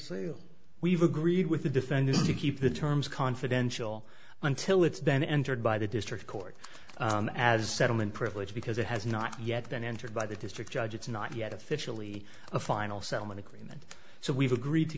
the we've agreed with the defendant to keep the terms confidential until it's been entered by the district court as a settlement privilege because it has not yet been entered by the district judge it's not yet officially a final settlement agreement so we've agreed to